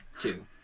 Two